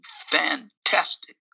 fantastic